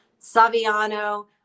Saviano